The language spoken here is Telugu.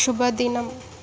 శుభదినం